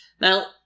Now